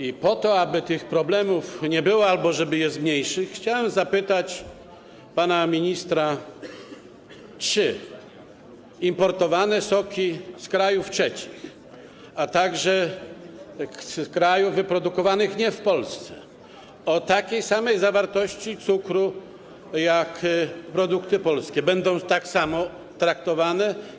I po to, aby tych problemów nie było albo żeby je zmniejszyć, chciałem zapytać pana ministra: Czy importowane soki z krajów trzecich, z innych krajów, wyprodukowane nie w Polsce, o takiej samej zawartości cukru, jaka jest w produktach polskich, będą tak samo traktowane?